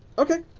ok,